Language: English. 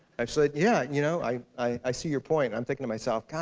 i said, yeah, you know i i see your point! i'm thinking to myself,